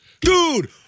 Dude